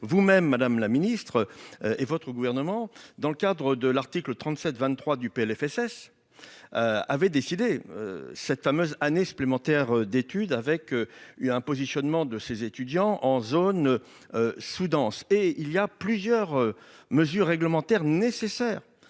vous-même madame la ministre. Et votre gouvernement dans le cadre de l'article 37 23 du PLFSS. Avait décidé. Cette fameuse année supplémentaire d'études avec il y a un positionnement de ces étudiants en zone. Sous-dense et il y a plusieurs mesures réglementaires nécessaires